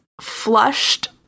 flushed